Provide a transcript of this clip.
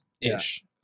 ish